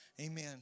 Amen